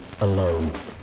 Alone